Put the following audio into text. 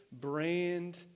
brand